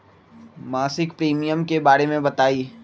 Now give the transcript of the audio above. मासिक प्रीमियम के बारे मे बताई?